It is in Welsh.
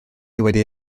wedi